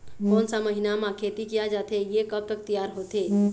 कोन सा महीना मा खेती किया जाथे ये कब तक तियार होथे?